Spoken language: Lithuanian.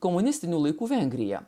komunistinių laikų vengriją